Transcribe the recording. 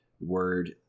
word